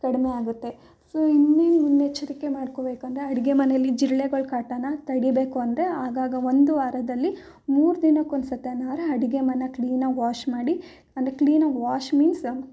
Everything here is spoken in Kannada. ಕಡಿಮೆ ಆಗುತ್ತೆ ಸೊ ಇನ್ನೇನು ಮುನ್ನೆಚ್ಚರಿಕೆ ಮಾಡ್ಕೊಳ್ಬೇಕೆಂದ್ರೆ ಅಡುಗೆ ಮನೇಲಿ ಜಿರಳೆಗಳ ಕಾಟನ ತಡಿಬೇಕು ಅಂದರೆ ಆಗಾಗ ಒಂದು ವಾರದಲ್ಲಿ ಮೂರು ದಿನಕ್ಕೊಂದು ಸತೆನಾರಾ ಅಡುಗೆ ಮನೆ ಕ್ಲೀನಾಗಿ ವಾಶ್ ಮಾಡಿ ಅಂದರೆ ಕ್ಲೀನಾಗಿ ವಾಶ್ ಮೀನ್ಸ್